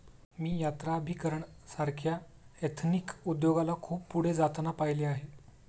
मी यात्राभिकरण सारख्या एथनिक उद्योगाला खूप पुढे जाताना पाहिले आहे